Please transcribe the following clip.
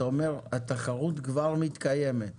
אתה אומר, התחרות כבר מתקיימת.